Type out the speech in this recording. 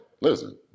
Listen